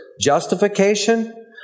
justification